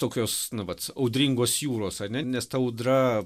tokios na vat audringos jūros ar ne nes ta audra